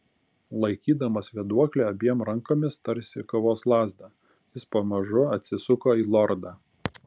laikydamas vėduoklę abiem rankomis tarsi kovos lazdą jis pamažu atsisuko į lordą